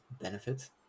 benefits